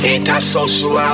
Antisocial